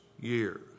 years